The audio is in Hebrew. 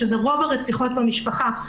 שזה רוב הרציחות במשפחה,